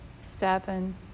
seven